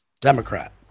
democrat